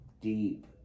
deep